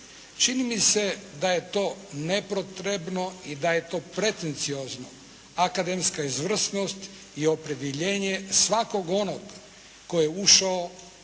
Čini mi se da je to nepotrebno i da je to pretenciozno. Akademska izvrsnost i opredjeljenje svakog onog koji je ušao u taj